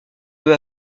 peu